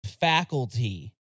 faculty